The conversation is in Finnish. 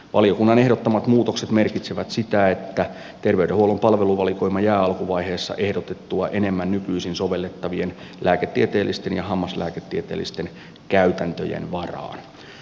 valiokunnan ehdottamat muutokset merkitsevät sitä että terveydenhuollon palveluvalikoima jää alkuvaiheessa ehdotettua enemmän nykyisin sovellettavien lääketieteellisten ja hammaslääketieteellisten käytäntöjen varaan